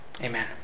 Amen